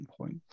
point